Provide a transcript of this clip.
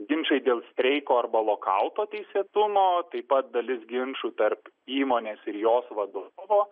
ginčai dėl streiko arba lokauto teisėtumo taip pat dalis ginčų tarp įmonės ir jos vadovo